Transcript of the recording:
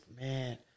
man